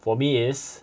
for me is